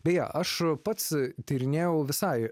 beje aš pats tyrinėjau visai